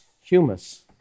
humus